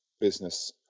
business